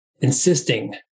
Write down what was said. insisting